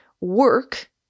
work